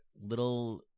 little